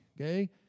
okay